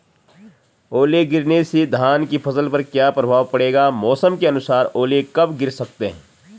ओले गिरना से धान की फसल पर क्या प्रभाव पड़ेगा मौसम के अनुसार ओले कब गिर सकते हैं?